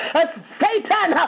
Satan